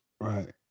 right